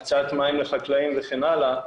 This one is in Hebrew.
הקצאת מים לחקלאים וכן הלאה,